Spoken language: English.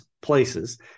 places